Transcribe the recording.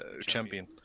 champion